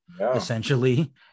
essentially